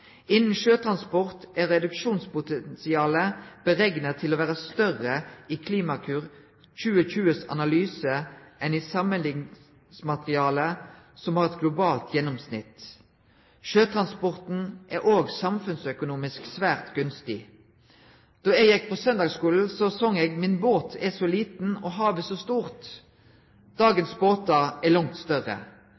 sjøtransport er reduksjonspotensialet beregnet til å være større i Klimakurs analyse enn i sammenlikningsmaterialet som her er et globalt gjennomsnitt.» Sjøtransporten er òg samfunnsøkonomisk svært gunstig. Da eg gjekk på søndagsskulen, song eg: «Min båt er så liten og havet så stort.»